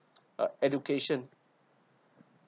uh education